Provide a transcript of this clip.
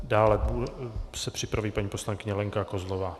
Dále se připraví paní poslankyně Lenka Kozlová.